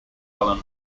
allen